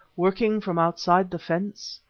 working from outside the fence.